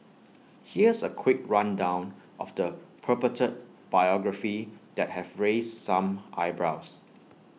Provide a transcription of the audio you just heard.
here's A quick rundown of the purported biography that have raised some eyebrows